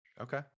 okay